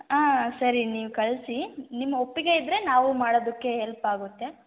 ಆಂ ಸರಿ ನೀವು ಕಳಿಸಿ ನಿಮ್ಮ ಒಪ್ಪಿಗೆ ಇದ್ದರೆ ನಾವೂ ಮಾಡೋದಕ್ಕೆ ಹೆಲ್ಪ್ ಆಗುತ್ತೆ